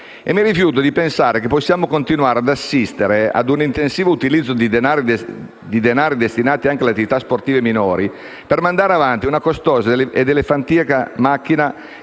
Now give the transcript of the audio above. mi rifiuto di pensare che possiamo continuare ad assistere ad un intensivo utilizzo di danari destinati anche alle attività sportive minori per mandare avanti una costosa ed elefantiaca macchina